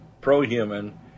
pro-human